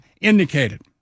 indicated